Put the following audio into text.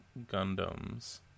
gundams